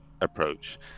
approach